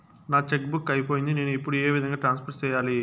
నా cheque book అయిపోయింది నేను ఇప్పుడు ఏ విధంగా ట్రాన్స్ఫర్ సేయాలి?